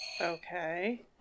Okay